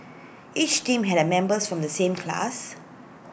each team had members from the same class